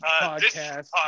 podcast